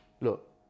look